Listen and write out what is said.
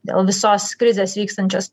dėl visos krizės vykstančios